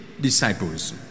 disciples